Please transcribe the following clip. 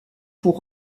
pour